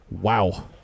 Wow